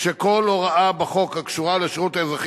שכל הוראה בחוק הקשורה לשירות האזרחי